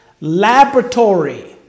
laboratory